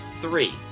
three